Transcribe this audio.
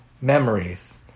memories